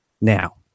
now